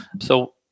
So-